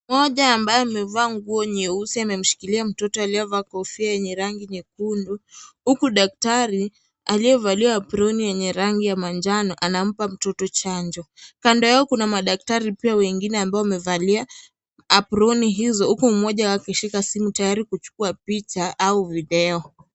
Moja ambayo amevaa nguo nyeusi, anamshikilia mtoto aliyevaa kofia yenye rangi nyekundu, huku daktari aliyevalia apron yenye rangi ya manjano, anampa mtoto chanjo. Kando yao kuna madaktari pia wengine ambao wamevalia apron hizo, huku mmoja akishika simu tayari kuchukua picha au video .